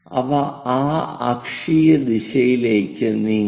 അവ ആ അക്ഷീയ ദിശയിലേക്ക് നീങ്ങുന്നു